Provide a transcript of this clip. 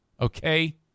Okay